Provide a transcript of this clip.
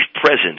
presence